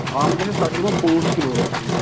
اَم گژھٮ۪س تَقریٖباً پانٛژھ کِلوٗ